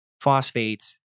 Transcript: phosphates